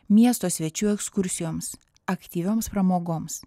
miesto svečių ekskursijoms aktyvioms pramogoms